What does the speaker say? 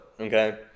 okay